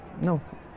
no